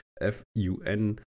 F-U-N